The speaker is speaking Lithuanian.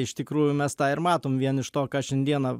iš tikrųjų mes tą ir matom vien iš to ką šiandieną